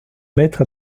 maîtres